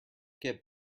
get